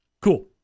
Cool